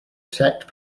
detect